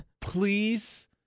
Please